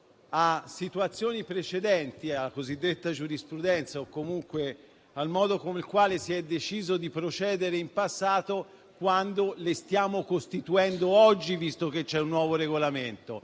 a situazioni precedenti, alla cosiddetta giurisprudenza o comunque al modo con il quale si è deciso di procedere in passato, quando le stiamo costituendo oggi, visto che c'è un nuovo Regolamento.